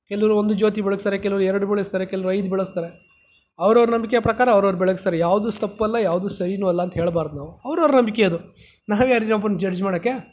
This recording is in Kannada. ಕೆಲವರು ಒಂದು ಜ್ಯೋತಿ ಬೆಳಗ್ಸ್ತಾರೆ ಕೆಲವ್ರು ಎರಡು ಬೆಳಗ್ಸ್ತಾರೆ ಕೆಲವ್ರು ಐದು ಬೆಳಗ್ಸ್ತಾರೆ ಅವರವರ ನಂಬಿಕೆ ಪ್ರಕಾರ ಅವರವ್ರು ಬೆಳಗ್ಸ್ತಾರೆ ಯಾವುದೂ ತಪ್ಪಲ್ಲ ಯಾವುದೂ ಸರಿನೂ ಅಲ್ಲ ಅಂತ ಹೇಳ್ಬಾರ್ದು ನಾವು ಅವರವರ ನಂಬಿಕೆ ಅದು ನಾವು ಯಾರ್ರೀ ಇನ್ನೊಬ್ರನ್ನು ಜಡ್ಜ್ ಮಾಡೋಕ್ಕೆ